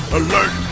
alert